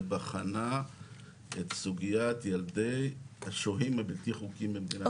ובחנה את סוגיית ילדי השוהים הבלתי חוקיים במדינת ישראל.